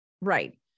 right